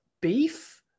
beef